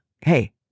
hey